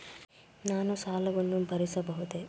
ನಾನು ಸಾಲವನ್ನು ಭರಿಸಬಹುದೇ?